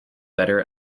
better